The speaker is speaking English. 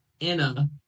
Anna